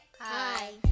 Hi